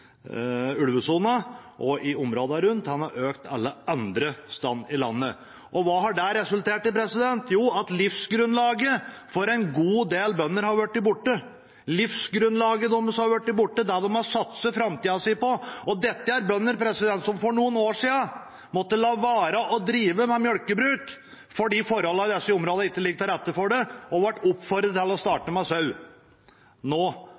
og i områdene rundt, men alle andre steder i landet. Og hva har det resultert i? Jo, at livsgrunnlaget for en god del bønder har blitt borte, det de har satset framtida si på. Og dette er bønder som for noen år siden måtte la være å drive med melkebruk fordi forholdene i disse områdene ikke lå til rette for det, og de ble oppfordret til å starte med sau. Nå